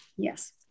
Yes